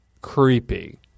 creepy